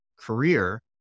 career